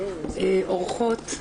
אורחות,